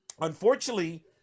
unfortunately